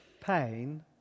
pain